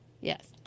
Yes